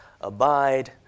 abide